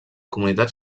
comunitat